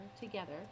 together